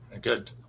Good